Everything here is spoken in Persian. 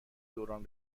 دوران